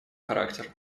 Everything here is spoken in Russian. характер